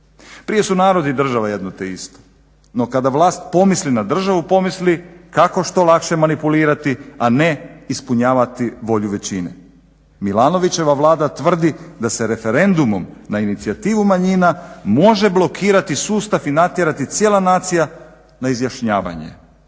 Prije su narod i država jedno te isto. No, kada vlast pomisli na državu pomisli kako što lakše manipulirati a ne ispunjavati volju većine. Milanovićeva Vlada tvrdi da se referendumom na inicijativu manjina može blokirati sustav i natjerati cijela nacija na izjašnjavanje.